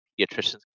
pediatricians